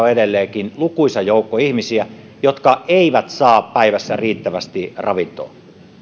on edelleenkin lukuisa joukko ihmisiä jotka eivät saa päivässä riittävästi ravintoa